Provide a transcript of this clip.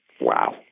wow